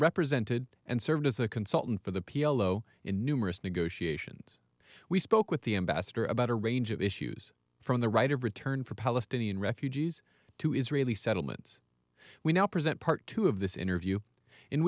represented and served as a consultant for the p l o in numerous negotiations we spoke with the ambassador about a range of issues from the right of return for palestinian refugees to israeli settlements we now present part two of this interview in